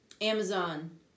Amazon